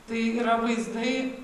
tai yra vaizdai